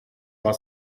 war